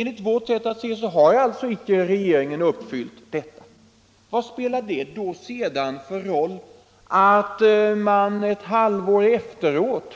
Enligt vårt sätt att se har regeringen icke uppfyllt dessa krav. Vad spelar det sedan för roll att riksdagen ett halvår efteråt